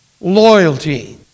loyalty